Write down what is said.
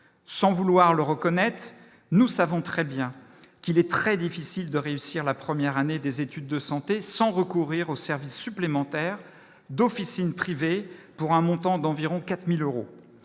sans vouloir le reconnaître, nous savons très bien qu'il est très difficile de réussir la première année des études de santé sans recourir aux services supplémentaires d'officines privées pour un montant d'environ 4000 euros,